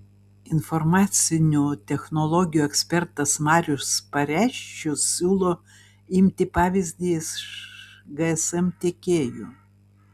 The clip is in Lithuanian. informacinių technologijų ekspertas marius pareščius siūlo imti pavyzdį iš gsm tiekėjų